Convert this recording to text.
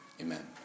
Amen